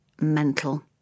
mental